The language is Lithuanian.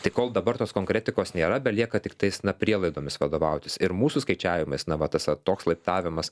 tai kol dabar tos konkretikos nėra belieka tiktais na prielaidomis vadovautis ir mūsų skaičiavimais na va tas toks laiptavimas